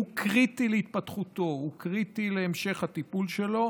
שהוא קריטי להתפתחותו, הוא קריטי להמשך הטיפול בו,